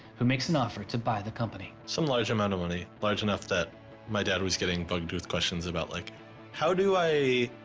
who makes an offer to buy the company. some large amount of money, large enough that my dad was getting bugged with questions about like how do i.